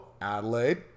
Adelaide